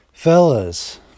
Fellas